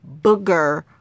booger